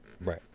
right